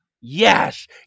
Yes